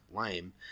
lame